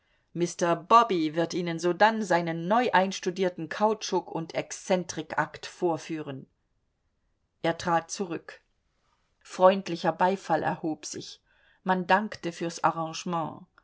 bobby wird ihnen sodann seinen neu einstudierten kautschuk und exzentrikakt vorführen er trat zurück freundlicher beifall erhob sidi man dankte fürs arrangement